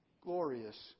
glorious